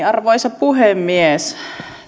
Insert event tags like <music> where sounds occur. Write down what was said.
<unintelligible> arvoisa puhemies